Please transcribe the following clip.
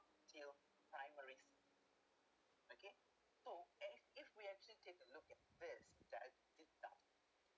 still primaries okay so as if we actually take a look at this that this stuff